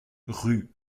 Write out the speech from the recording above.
rue